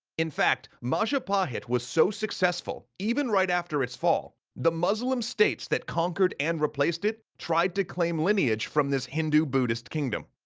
in fact, majapahit was so successful even right after its fall. the muslim states that conquered and replaced it tried to claim lineage from this hindu buddhist kingdom.